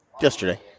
Yesterday